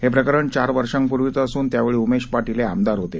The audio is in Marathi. हे प्रकरण चार वर्षापूर्वीचं असून त्यावेळी उमेश पाटील हे आमदार होते